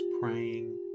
praying